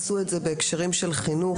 עשו את זה בהקשרים של חינוך,